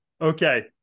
Okay